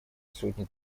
сотни